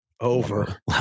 Over